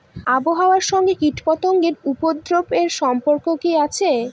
আবহাওয়ার সঙ্গে কীটপতঙ্গের উপদ্রব এর সম্পর্ক কি আছে?